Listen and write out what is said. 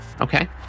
Okay